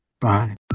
Bye